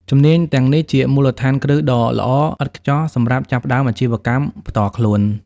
ជំនាញទាំងនេះជាមូលដ្ឋានគ្រឹះដ៏ល្អឥតខ្ចោះសម្រាប់ចាប់ផ្តើមអាជីវកម្មផ្ទាល់ខ្លួន។